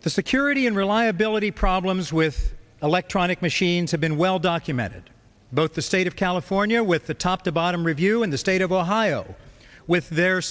the security and reliability problems with electronic machines have been well documented both the state of california with the top to bottom review in the state of ohio with their